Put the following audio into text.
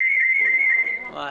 הסוהר.